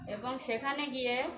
এবং সেখানে গিয়ে